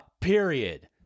period